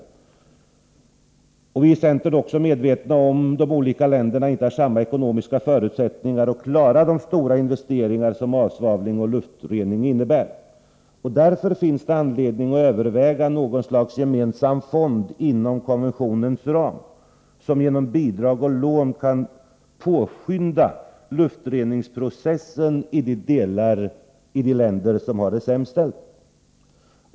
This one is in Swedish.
Vi är i centern också medvetna om att de olika länderna inte har samma ekonomiska förutsättningar att klara de stora investeringar som avsvavling och luftrening kräver. Därför finns det anledning att överväga något slags gemensam fond inom konventionens ram, som genom bidrag och lån kan påskynda luftreningsprocessen i de länder som har det sämst ställt.